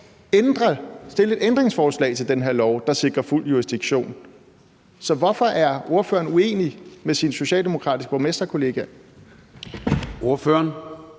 stille et ændringsforslag til den her lov, der sikrer fuld jurisdiktion. Så hvorfor er ordføreren uenig med sine socialdemokratiske borgmesterkollegaer?